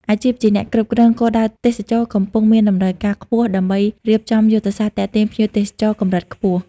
អាជីពជាអ្នកគ្រប់គ្រងគោលដៅទេសចរណ៍ កំពុងមានតម្រូវការខ្ពស់ដើម្បីរៀបចំយុទ្ធសាស្ត្រទាក់ទាញភ្ញៀវទេសចរកម្រិតខ្ពស់។